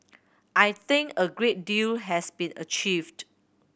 I think a great deal has been achieved